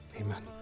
Amen